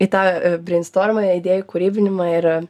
į tą a brainstormą idėjų kūrybinimą ir